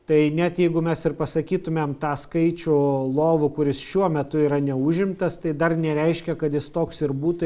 tai net jeigu mes ir pasakytumėm tą skaičių lovų kuris šiuo metu yra neužimtas tai dar nereiškia kad jis toks ir būtų